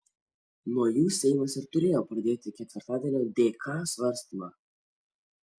nuo jų seimas ir turėjo pradėti ketvirtadienio dk svarstymą